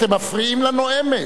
אתם מפריעים לנואמת.